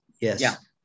Yes